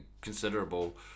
considerable